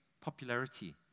popularity